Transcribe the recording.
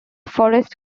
forrest